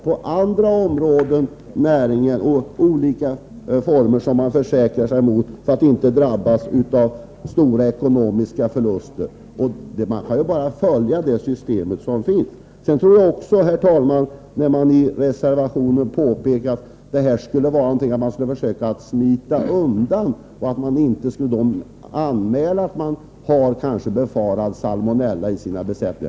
På andra områden har man ju olika försäkringar för att inte behöva drabbas av stora ekonomiska förluster. Det är bara att anpassa sig till det system som finns. Herr talman! I reservationen framhåller man att det här beslutet skulle kunna ses som ett sätt att smita undan sitt ansvar. Man kanske inte anmäler att man befarar salmonella hos sin djurbesättning.